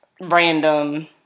random